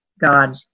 God